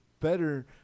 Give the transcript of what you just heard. better